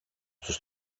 τους